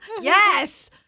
Yes